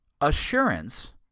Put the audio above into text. assurance